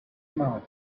mouth